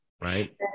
right